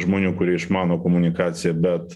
žmonių kurie išmano komunikaciją bet